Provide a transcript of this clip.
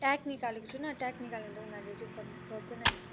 tag निकालेको छुइनँ tag निकाल्यो भने त उनीहरूले रिफन्ड गर्दैन नि